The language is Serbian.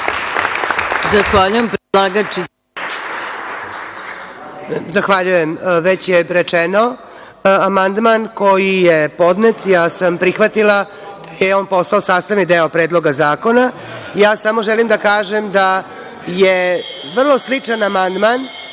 Zahvaljujem. Već je rečeno, amandman koji je podnet, ja sam prihvatila te je on postao sastavni deo predloga zakona. Ja samo želim da kažem da su vrlo sličan amandman